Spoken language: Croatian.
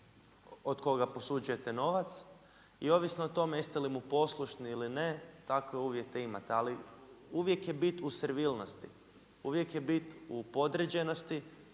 od koga posuđujete novac. I ovisno o tome jeste li mu poslušni ili ne takve uvjete imate. Ali uvijek je bit u servilnosti, uvijek je bit u podređenosti,